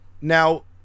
Now